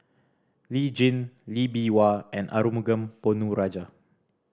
Lee Tjin Lee Bee Wah and Arumugam Ponnu Rajah